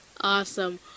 Awesome